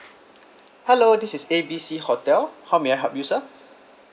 hello this is A B C hotel how may I help you sir